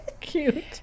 cute